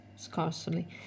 Scarcely